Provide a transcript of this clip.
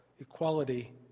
equality